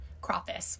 crawfish